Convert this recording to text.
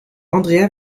andrea